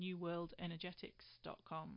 newworldenergetics.com